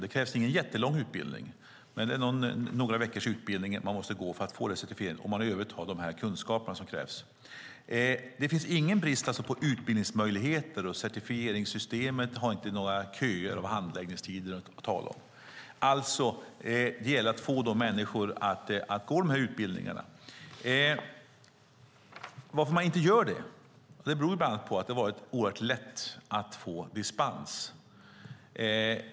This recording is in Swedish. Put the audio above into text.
Det krävs ingen lång utbildning, men man måste gå några veckors utbildning för att bli certifierad - om man i övrigt har de kunskaper som krävs. Det finns ingen brist på utbildningsmöjligheter, och certifieringssystemet har inga köer eller handläggningstider att tala om. Det gäller alltså att få människor att gå dessa utbildningar. Varför gör man inte det då? Det beror bland annat på att det har varit lätt att få dispens.